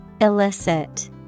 Illicit